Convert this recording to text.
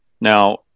Now